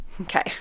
Okay